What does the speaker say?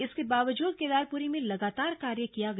इसके बावजूद केदारपुरी में लगातार कार्य किया गया